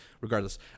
regardless